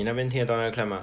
你那边听得到那个 cam mah